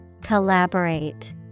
Collaborate